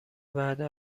وعده